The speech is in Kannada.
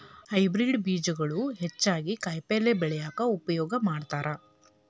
ಹೈಬ್ರೇಡ್ ಬೇಜಗಳು ಹೆಚ್ಚಾಗಿ ಕಾಯಿಪಲ್ಯ ಬೆಳ್ಯಾಕ ಉಪಯೋಗ ಮಾಡತಾರ